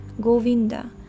Govinda